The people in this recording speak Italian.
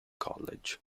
college